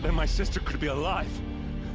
and my sister could be alive!